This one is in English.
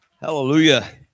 Hallelujah